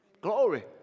Glory